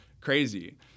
crazy